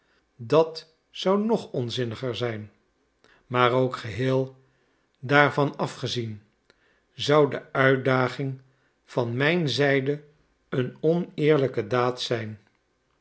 dat zou nog onzinniger zijn maar ook geheel daarvan afgezien zou de uitdaging van mijn zijde een oneerlijke daad zijn